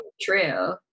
true